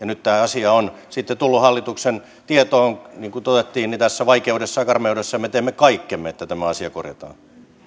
nyt tämä asia on sitten tullut hallituksen tietoon niin kuin todettiin tässä vaikeudessaan ja karmeudessaan ja me teemme kaikkemme että tämä asia korjataan